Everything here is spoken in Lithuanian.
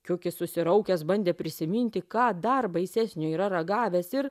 kiukis susiraukęs bandė prisiminti ką dar baisesnio yra ragavęs ir